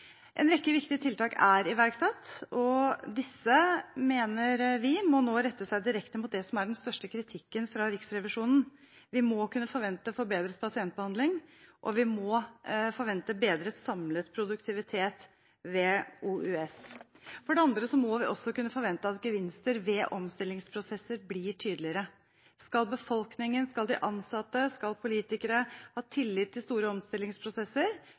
En rekke viktige tiltak er iverksatt, og disse mener vi nå må rette seg direkte mot det som er den største kritikken fra Riksrevisjonen. Vi må kunne forvente forbedret pasientbehandling, og vi må forvente bedret samlet produktivitet ved OUS. Vi må også kunne forvente at gevinster ved omstillingsprosesser blir tydeligere. Skal befolkningen, de ansatte og politikerne ha tillit til store omstillingsprosesser,